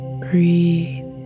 Breathe